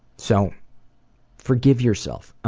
so forgive yourself.